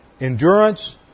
Endurance